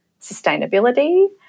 sustainability